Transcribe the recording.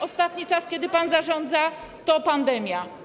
Ostatni czas, kiedy pan zarządza, to pandemia.